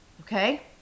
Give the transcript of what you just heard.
Okay